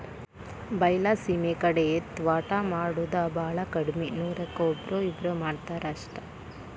ಬೈಲಸೇಮಿ ಕಡೆ ತ್ವಾಟಾ ಮಾಡುದ ಬಾಳ ಕಡ್ಮಿ ನೂರಕ್ಕ ಒಬ್ಬ್ರೋ ಇಬ್ಬ್ರೋ ಮಾಡತಾರ ಅಷ್ಟ